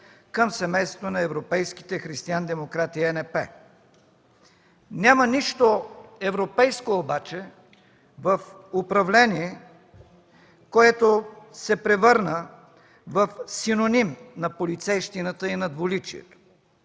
от ЕНП. Няма нищо европейско обаче в управление, което се превърна в синоним на полицейщината и на двуличието.